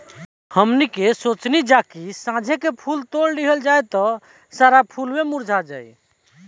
हमनी के सोचनी जा की साझे के फूल तोड़ लिहल जाइ त सारा फुलवे मुरझा जाइ